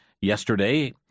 Yesterday